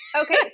okay